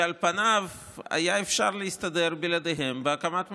שעל פניו אפשר היה להסתדר בלעדיהם בהקמת ממשלה.